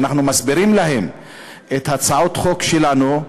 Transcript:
ואנחנו מסבירים להם את הצעות החוק שלנו,